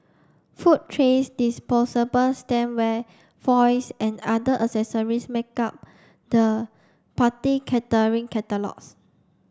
food trays disposable stemware foils and other accessories make up the party catering catalogues